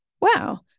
wow